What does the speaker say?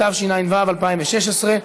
התשע"ו 2016,